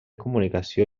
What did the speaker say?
comunicació